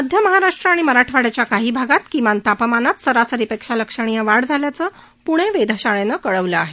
मध्य महाराष्ट्र आणि मराठवाड्याच्या काही भागात किमान तापमानात सरासरीपेक्षा लक्षणीय वाढ झाल्याचं पुणे वेधशाळेनं कळवलं आहे